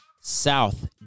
South